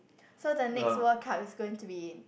so the next World Cup is going to be